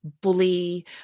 bully